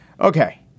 Okay